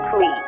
please